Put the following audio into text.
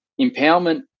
Empowerment